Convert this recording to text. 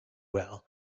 well